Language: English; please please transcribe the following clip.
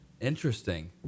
Interesting